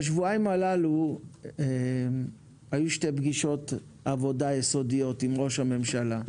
בשבועיים הללו היו שתי פגישות עבודה יסודיות עם ראש הממשלה.